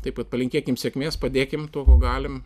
taip kad palinkėkim sėkmės padėkim tuo kuo galim